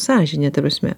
sąžinė ta prasme